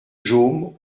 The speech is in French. jaume